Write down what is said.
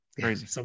crazy